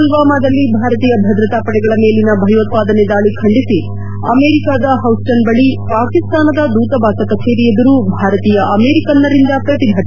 ಪುಲ್ವಾಮದಲ್ಲಿ ಭಾರತೀಯ ಭದ್ರತಾ ಪಡೆಗಳ ಮೇಲಿನ ಭಯೋತ್ವಾದನೆ ದಾಳಿ ಖಂಡಿಸಿ ಅಮೆರಿಕದ ಹೌಸ್ಟನ್ ಬಳಿ ಪಾಕಿಸ್ತಾನದ ಧೂತವಾಸ ಕಚೇರಿ ಎದುರು ಭಾರತೀಯ ಅಮೆರಿಕನ್ನರಿಂದ ಪ್ರತಿಭಟನೆ